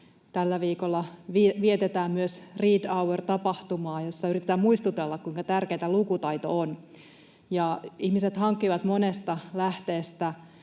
Tällä viikolla vietetään myös Read Hour ‑tapahtumaa, jossa yritetään muistutella, kuinka tärkeätä lukutaito on. Ihmiset hankkivat monesta lähteestä